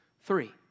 Three